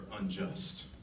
unjust